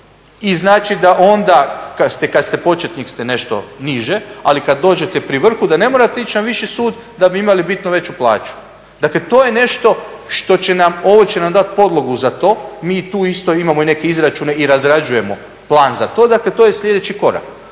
i znači da onda kad ste početnik ste nešto niže, ali kad dođete pri vrhu da ne morate ići na viši sud da bi imali bitno veću plaću. Dakle, to je nešto što će nam, ovo će nam dati podlogu za to. Mi tu isto imamo i neke izračune i razrađujemo plan za to. Dakle, to je slijedeći korak